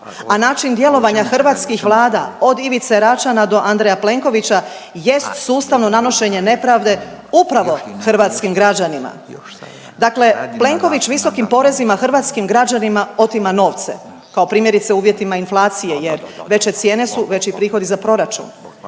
a način djelovanja hrvatskih vlada od Ivice Račana do Andreja Plenkovića jest sustavno nanošenje nepravde upravo hrvatskim građanima. Dakle, Plenković visokim porezima hrvatskim građanima otima novce, kao primjerice u uvjetima inflacije jer veće cijene su veći prihodi za proračun